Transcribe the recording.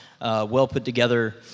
well-put-together